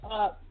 up